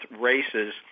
races